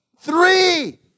three